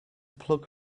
plug